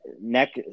next